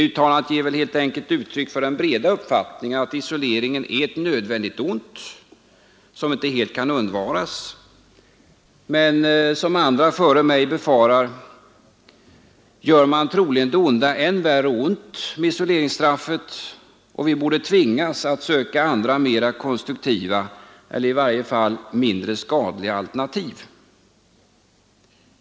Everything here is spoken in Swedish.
Uttalandet ger väl helt enkelt uttryck för den breda uppfattningen att isoleringen är ett nödvändigt ont som inte helt kan undvaras. Men som andra med mig har befarat gör man troligen det onda än värre ont med isoleringsstraffet, och vi borde tvingas att söka andra, mer konstruktiva eller i varje fall mindre skadliga alternativ.